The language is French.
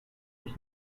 lui